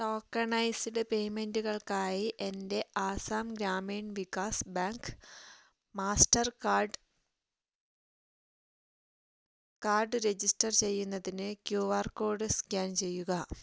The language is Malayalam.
ടോക്കണൈസ്ഡ് പേയ്മെൻറ്റുകൾക്കായി എൻ്റെ Assam Gramin Vikas bank Mastercard card register ചെയ്യുന്നതിന് ക്യു ആർ കോഡ് സ്കാൻ ചെയ്യുക